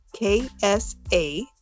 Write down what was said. KSA